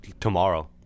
tomorrow